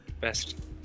Best